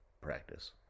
practice